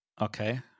Okay